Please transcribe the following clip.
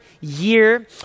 year